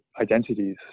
identities